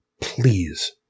Please